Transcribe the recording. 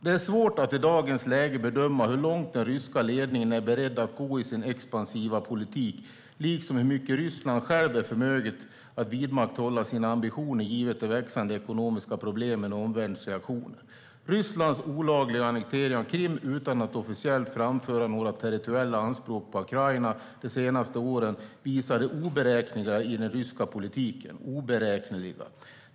"Det är svårt att i dagens läge bedöma hur långt den ryska ledningen är beredd att gå i sin expansiva politik liksom hur mycket Ryssland självt är förmöget att vidmakthålla sina ambitioner givet de växande ekonomiska problemen och omvärldens reaktioner. Rysslands olagliga annektering av Krim utan att officiellt framföra några territoriella anspråk på Ukraina de senaste åren visar på det oberäkneliga i den ryska politiken.